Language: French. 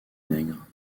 nègre